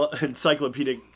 encyclopedic